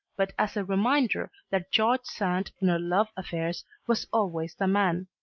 but as a reminder that george sand in her love affairs was always the man.